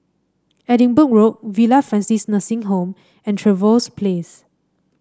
Edinburgh Road Villa Francis Nursing Home and Trevose Place